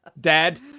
Dad